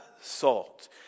salt